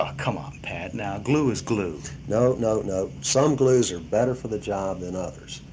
ah come on, pat. now, glue is glue. no, no, no. some glues are better for the job than others.